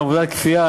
עבודה בכפייה,